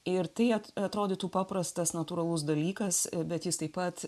ir tai atrodytų paprastas natūralus dalykas bet jis taip pat